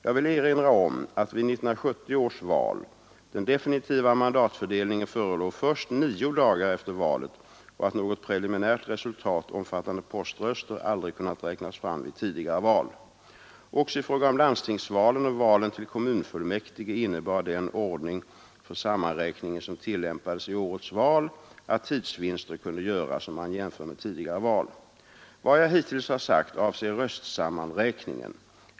Jag vill erinra om att vid 1970 års val den definitiva mandatfördelningen förelåg först nio dagar efter valet och att något preliminärt resultat omfattande poströster aldrig kunnat räknas fram vid tidigare val. Också i fråga om landstingsvalen och valen till kommunfullmäktige innebar den ordning för sammanräkningen som tillämpades i årets val att tidsvinster kunde göras om man jämför med tidigare val. Vad jag hittills har sagt avser röstsammanräkningen.